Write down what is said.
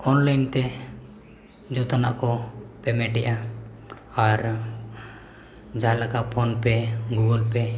ᱛᱮ ᱡᱚᱛᱚᱱᱟᱜ ᱠᱚ ᱮᱫᱟ ᱟᱨ ᱡᱟᱦᱟᱸᱞᱮᱠᱟ